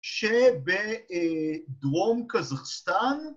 ‫שבדרום קזחסטן...